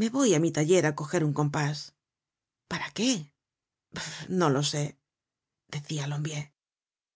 me voy á mi taller á coger un compás para qué no lo sé decia